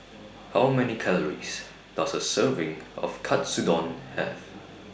How Many Calories Does A Serving of Katsudon Have